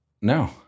No